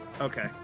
Okay